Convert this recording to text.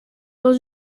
dans